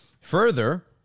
Further